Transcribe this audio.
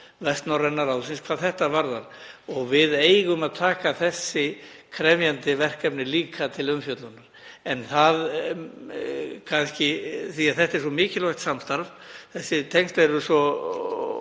Vestnorræna ráðsins hvað þetta varðar og við eigum að taka ýmis krefjandi verkefni líka til umfjöllunar. Þetta er svo mikilvægt samstarf, þessi tengsl eru svo